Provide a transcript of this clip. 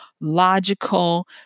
logical